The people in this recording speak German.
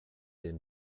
den